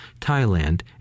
thailand